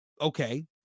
okay